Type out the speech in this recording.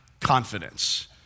confidence